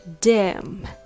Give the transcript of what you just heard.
dim